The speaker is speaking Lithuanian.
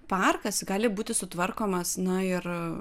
parkas gali būti sutvarkomas na ir